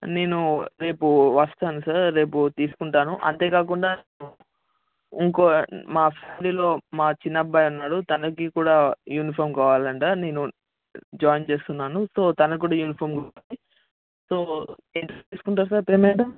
నేను రేపు వస్తాను సార్ రేపు తీసుకుంటాను అంతే కాకుండా ఇంకో మా ఫ్యామిలీలో మా చిన్నబ్బాయి ఉన్నాడు తనకి కూడా యూనిఫామ్ కావాలంటే నేను జాయిన్ చేస్తున్నాను సో తను కూడా యూనిఫామ్ సో ఎంత తీసుకుంటారు సార్ పేమెంట్